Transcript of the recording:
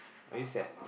are you sad